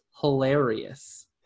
hilarious